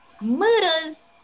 Murders